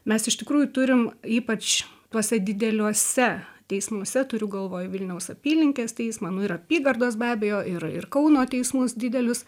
mes iš tikrųjų turim ypač tuose dideliuose teismuose turiu galvoj vilniaus apylinkės teismą nu ir apygardos be abejo ir ir kauno teismus didelius